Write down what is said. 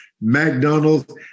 McDonald's